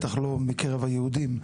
בטח לא מקרב היהודים,